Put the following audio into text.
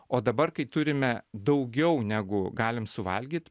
o dabar kai turime daugiau negu galim suvalgyt